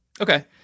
Okay